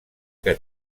que